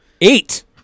Eight